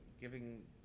giving